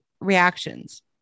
reactions